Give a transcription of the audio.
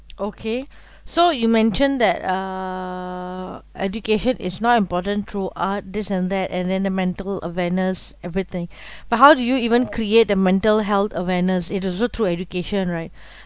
okay so you mentioned that uh education is not important through art this and that and then the mental awareness everything but how do you even create the mental health awareness it's also through education right